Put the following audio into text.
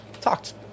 talked